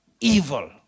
evil